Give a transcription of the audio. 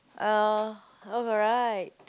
uh alright